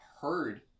heard